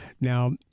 Now